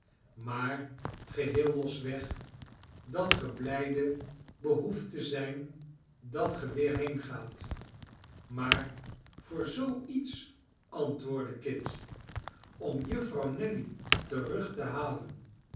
maar geheel losweg dat ge biijde behoeft te zijn dat ge weer heengaat maar voor zoo iets antwoordde kit om jufvrouw nelly terug te halen